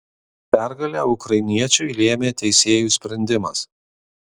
pergalę ukrainiečiui lėmė teisėjų sprendimas